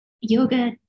yoga